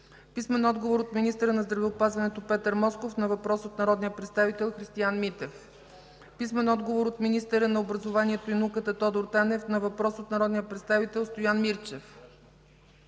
Христиан Митев; - министъра на здравеопазването Петър Москов на въпрос от народния представител Христиан Митев; - министъра на образованието и науката Тодор Танев на въпрос от народния представител Стоян Мирчев;